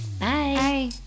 Bye